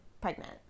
pregnant